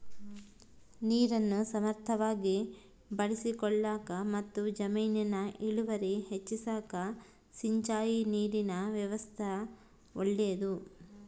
ನೀರನ್ನು ಸಮರ್ಥವಾಗಿ ಬಳಸಿಕೊಳ್ಳಾಕಮತ್ತು ಜಮೀನಿನ ಇಳುವರಿ ಹೆಚ್ಚಿಸಾಕ ಸಿಂಚಾಯಿ ನೀರಿನ ವ್ಯವಸ್ಥಾ ಒಳ್ಳೇದು